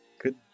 good